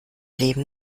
leben